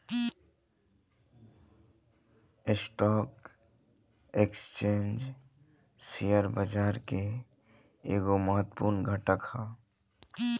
stock exchange share बाजार के एगो महत्वपूर्ण घटक ह